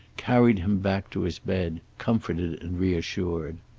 carried him back to his bed, comforted and reassured.